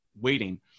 waiting